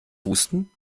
pusten